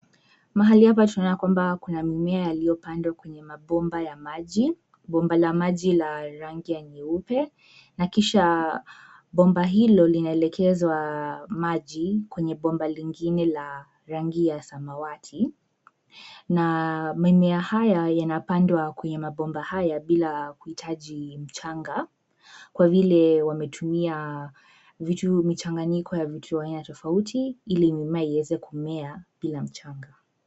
Mahali hapa tunaona kwamba kuna mimea yaliyopandwa kwenye mabomba ya maji. Bomba la maji la rangi ya nyeupe na kisha bomba hilo linaelekezwa maji kwenye bomba lingine la rangi ya samawati na mimea haya yanapandwa kwenye mabomba haya bila kuhitaji mchanga kwa vile wametumia michanganyiko ya vitu aina tofauti ili mimea tofauti ili mimea iweze kumea bila mchanga.